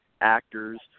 actors